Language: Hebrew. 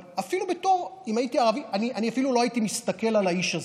אבל אם הייתי ערבי אני אפילו לא הייתי מסתכל על האיש הזה,